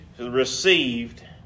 received